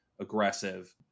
aggressive